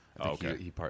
okay